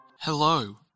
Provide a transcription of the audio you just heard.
Hello